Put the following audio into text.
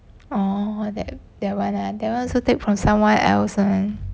or that that one ah that one also take from someone else [one]